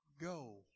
go